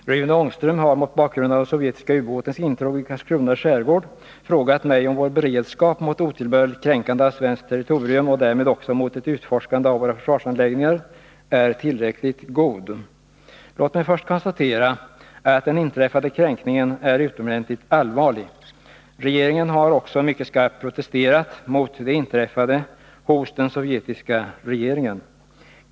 Herr talman! Rune Ångström har mot bakgrund av den sovjetiska ubåtens intrång i Karlskrona skärgård frågat mig om vår beredskap mot otillbörligt kränkande av svenskt territorium och därmed också mot ett utforskande av våra försvarsanläggningar är tillräckligt god. Låt mig först konstatera att den inträffade kränkningen är utomordentligt allvarlig. Regeringen har också mycket skarpt protesterat mot det inträffade hos den sovjetiska regeringen.